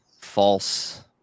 false